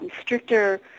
stricter